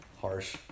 Harsh